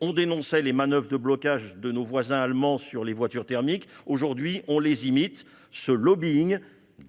on dénonçait les manoeuvres de blocage de nos voisins allemands sur les voitures thermiques. Aujourd'hui, on les imite ! Ce lobbying